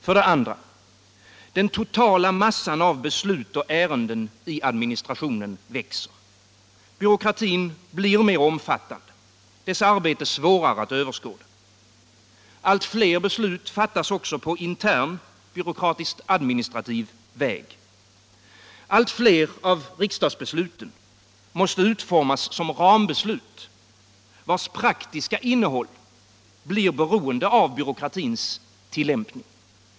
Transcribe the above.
För det andra: Den totala massan av beslut och ärenden i administrationen växer. Byråkratin blir mer omfattande, dess arbete svårare att överskåda. Allt fler beslut fattas också på intern byråkratisk-administrativ väg. Allt fler av riksdagsbesluten måste utformas som rambeslut, vars praktiska innehåll blir beroende av byråkratins tillämpning.